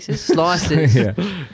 Slices